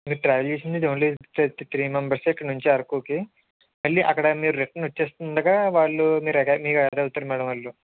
మీరు ట్రావెల్ చేసేది only just three మెంబర్సే ఇక్కడ నుంచి అరకుకి మళ్ళీ అక్కడ మీరు రిటర్న్ వచ్చేస్తుండగా వాళ్ళు మీరు మీరు యాడ్ అవుతారు మేడం వాళ్ళు